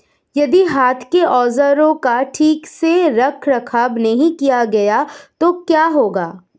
यदि हाथ के औजारों का ठीक से रखरखाव नहीं किया गया तो क्या होगा?